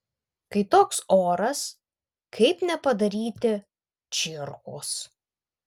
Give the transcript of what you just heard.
kai toks oras kaip nepadaryti čierkos